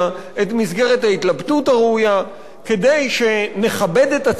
את מסגרת ההתלבטות הראויה כדי שנכבד את עצמנו,